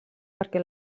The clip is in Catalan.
perquè